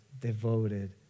devoted